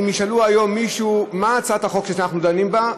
אם ישאלו היום מישהו: מה הצעת החוק שאנחנו דנים בה?